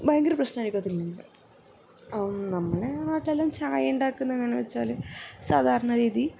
ഭയങ്കര പ്രശ്നമായിരിക്കും അതില്ലെങ്കിൽ നമ്മളെ നാട്ടിലെല്ലാം ചായയുണ്ടാക്കുന്നത് എങ്ങനെയാണെന്ന് വെച്ചാൽ സാധാരണ രീതി